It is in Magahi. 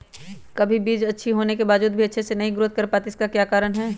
कभी बीज अच्छी होने के बावजूद भी अच्छे से नहीं ग्रोथ कर पाती इसका क्या कारण है?